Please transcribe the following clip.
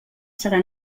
serà